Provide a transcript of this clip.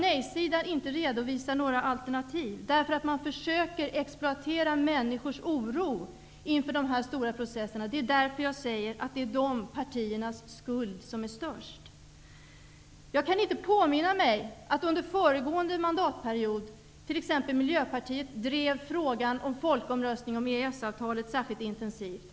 Nej-sidan redovisar inte några alternativ, utan man försöker att exploatera människors oro inför dessa stora processer. Det är därför jag säger att det är dessa partiers skuld som är störst. Jag kan inte påminna mig att t.ex. Miljöpartiet under föregående mandatperiod drev frågan om folkomröstning om EES-avtalet särskilt intensivt.